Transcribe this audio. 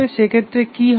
সেক্ষেত্রে কি হবে